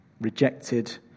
rejected